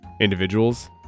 individuals